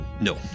No